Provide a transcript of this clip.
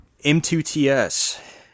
M2TS